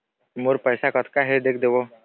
मोर पैसा कतका हे देख देव?